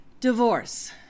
Divorce